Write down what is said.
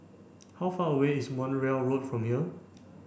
how far away is Montreal Road from here